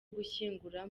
gushyingura